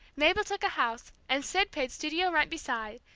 mabel took a house, and sid paid studio rent beside,